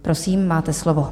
Prosím, máte slovo.